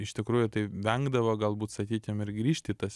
iš tikrųjų tai vengdavo galbūt sakykim ir grįžt į tas